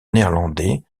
néerlandais